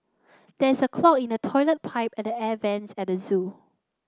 there is a clog in the toilet pipe and the air vents at the zoo